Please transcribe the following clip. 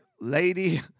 lady